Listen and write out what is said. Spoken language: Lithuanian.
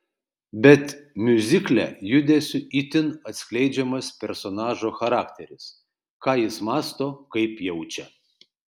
bet miuzikle judesiu itin atskleidžiamas personažo charakteris ką jis mąsto kaip jaučia